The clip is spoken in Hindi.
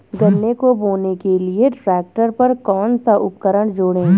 गन्ने को बोने के लिये ट्रैक्टर पर कौन सा उपकरण जोड़ें?